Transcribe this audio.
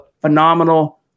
phenomenal